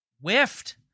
whiffed